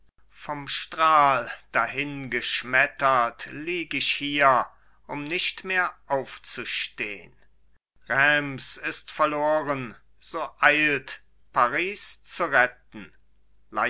vom stahl dahin geschmettert lieg ich hier um nicht mehr aufzustehn reims ist verloren so eilt paris zu retten